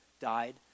died